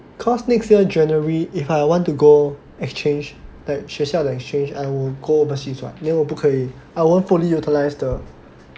course next year January if I want to go exchange like 学校的 exchange I would go overseas [what] then 我不可以 I won't fully utilize the